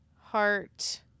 heart